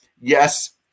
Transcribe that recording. Yes